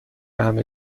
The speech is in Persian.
همه